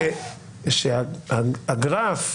היו שהגרף,